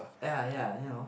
ya yeah you know